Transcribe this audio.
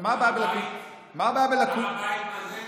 מה הבעיה בלקונה --- הר הבית, הר הבית מה זה?